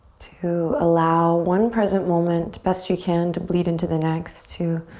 to allow one present moment, best you can, to bleed into the next to